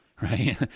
right